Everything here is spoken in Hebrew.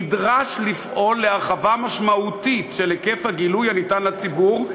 נדרש לפעול להרחבה משמעותית של היקף הגילוי הניתן לציבור,